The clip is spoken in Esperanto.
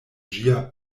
ĝia